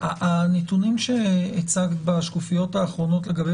הנתונים שהצגת בשקופיות האחרונות לגבי